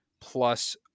plus